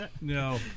No